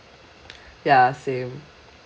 ya same